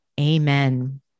amen